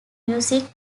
music